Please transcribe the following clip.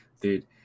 Dude